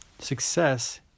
Success